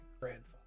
grandfather